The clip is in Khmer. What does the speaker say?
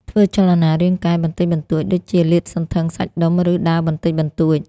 ធ្វើចលនារាងកាយបន្តិចបន្តួចដូចជាលាតសន្ធឹងសាច់ដុំ ឬដើរបន្តិចបន្តួច។